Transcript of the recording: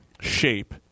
shape